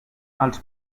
els